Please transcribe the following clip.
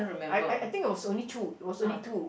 I I I think it was only two it was only two